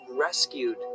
rescued